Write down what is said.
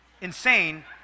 insane